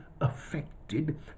affected